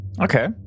Okay